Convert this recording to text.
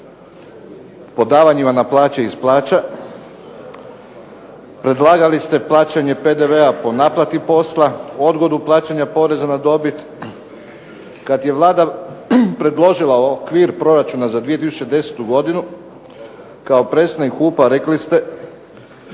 po davanjima na plaće i iz plaća. Predlagali ste plaćanje PDV-a po naplati posla, odgodu plaćanja poreza na dobit. Kad je Vlada predložila okvir proračuna za 2010. godinu kao predsjednik HUP-a rekli ste